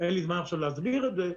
אין לי זמן עכשיו להסביר את זה,